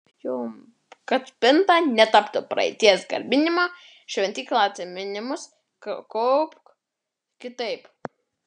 kad spinta netaptų praeities garbinimo šventykla atsiminimus kaupk kitaip